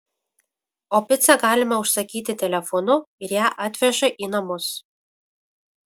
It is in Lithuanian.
o picą galima užsakyti telefonu ir ją atveža į namus